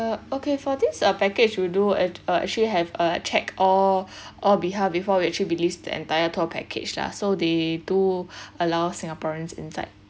uh okay for this uh package we do uh actually have uh check all on behalf before we actually released the entire tour package lah so they do allow singaporeans inside